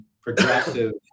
progressive